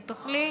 ותוכלי,